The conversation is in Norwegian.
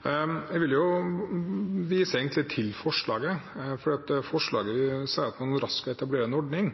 Jeg vil egentlig vise til forslaget. Forslaget sier at man raskt må etablere en ordning